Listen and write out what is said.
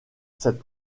cette